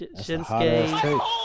Shinsuke